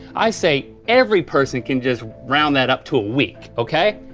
i say every person can just round that up to a week, okay?